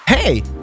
Hey